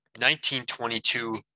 1922